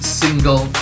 single